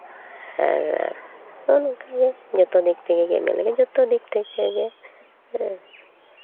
ᱟᱨ ᱱᱚᱜᱼᱚᱭ ᱱᱚᱝᱠᱟ ᱜᱮ ᱡᱚᱛᱚ ᱫᱤᱠ ᱛᱷᱮᱠᱮ ᱜᱮ ᱢᱟᱱᱮ ᱡᱚᱛᱚ ᱫᱤᱠ ᱛᱷᱮᱠᱮ ᱜᱮ ᱦᱮᱸ